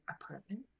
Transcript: apartment